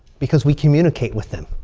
because we communicate with them.